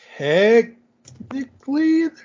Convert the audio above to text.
Technically